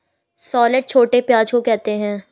shallot छोटे प्याज़ को कहते है